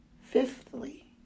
Fifthly